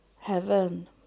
heaven